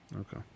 Okay